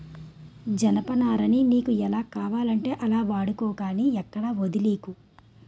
జనపనారని నీకు ఎలా కావాలంటే అలా వాడుకో గానీ ఎక్కడా వొదిలీకు